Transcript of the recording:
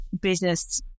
business